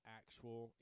actual